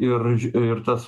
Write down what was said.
ir ir tas